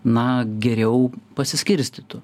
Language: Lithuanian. na geriau pasiskirstytų